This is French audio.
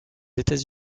états